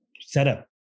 setup